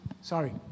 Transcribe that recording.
sorry